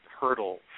hurdle